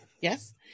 yes